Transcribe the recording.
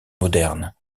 moderne